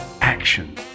action